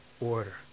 order